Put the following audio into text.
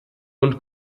und